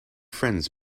friends